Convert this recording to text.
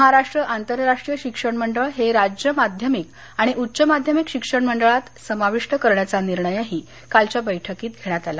महाराष्ट्र आंतरराष्ट्रीय शिक्षण मंडळ हे राज्य माध्यमिक आणि उच्च माध्यमिक शिक्षण मंडळात समाविष्ट करण्याचा निर्णयही कालच्या बैठकीत घेण्यात आला